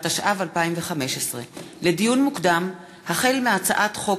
התשע"ו 2015. לדיון מוקדם: החל בהצעת חוק